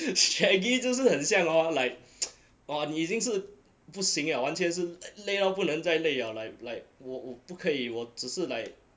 shaggy 就是很像哦 like orh 你已经是不行了完全是累到不能再累了 like like 我我不可以我只是 like